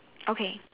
okay